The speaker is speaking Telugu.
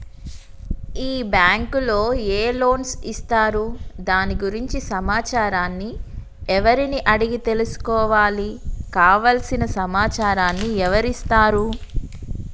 ఈ బ్యాంకులో ఏ లోన్స్ ఇస్తారు దాని గురించి సమాచారాన్ని ఎవరిని అడిగి తెలుసుకోవాలి? కావలసిన సమాచారాన్ని ఎవరిస్తారు?